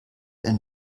ein